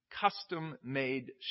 custom-made